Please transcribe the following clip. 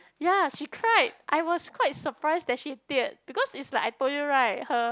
ya she cried I was quite surprised that she teared because it's like I told you right her